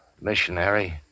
Missionary